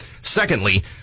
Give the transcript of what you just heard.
Secondly